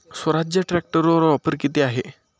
स्वराज्य ट्रॅक्टरवर ऑफर किती आहे?